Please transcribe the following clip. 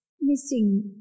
missing